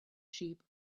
sheep